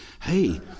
Hey